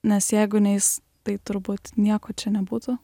nes jeigu ne jis tai turbūt nieko čia nebūtų